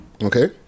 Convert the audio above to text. Okay